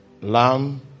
Lamb